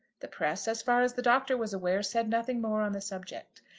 the press, as far as the doctor was aware, said nothing more on the subject.